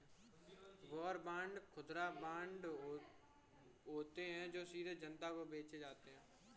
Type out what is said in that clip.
war bond खुदरा bond होते हैं जो सीधे जनता को बेचे जाते हैं